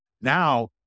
Now